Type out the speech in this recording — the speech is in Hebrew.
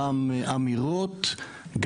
גם אמירות,